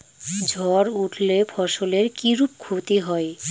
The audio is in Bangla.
ঝড় উঠলে ফসলের কিরূপ ক্ষতি হয়?